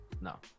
No